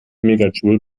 megajoule